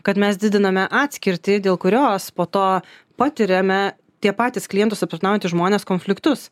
kad mes didiname atskirtį dėl kurios po to patiriame tie patys klientus aptarnaujantys žmonės konfliktus